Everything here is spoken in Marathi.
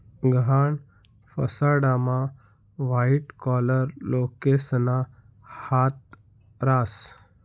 गहाण फसाडामा व्हाईट कॉलर लोकेसना हात रास